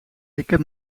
heb